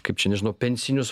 kaip čia nežinau pensijinius